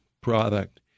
product